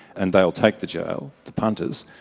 and they'll take the jail, the punters,